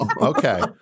okay